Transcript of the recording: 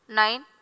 nine